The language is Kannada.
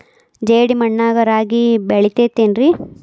ಜೇಡಿ ಮಣ್ಣಾಗ ರಾಗಿ ಬೆಳಿತೈತೇನ್ರಿ?